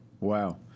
Wow